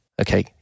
Okay